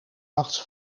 nachts